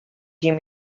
him